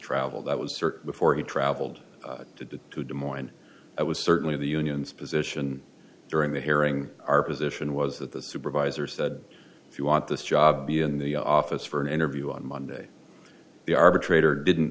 travel that was certain before he traveled to des to des moines it was certainly the union's position during the hearing our position was that the supervisor said if you want this job be in the office for an interview on monday the arbitrator didn't